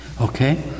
okay